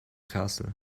castle